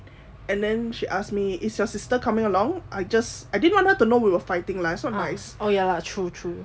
and then she ask me is your sister coming along I just I didn't want her to know we were fighting lah so I was like